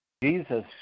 Jesus